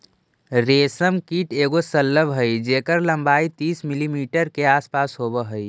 रेशम कीट एगो शलभ हई जेकर लंबाई तीस मिलीमीटर के आसपास होब हई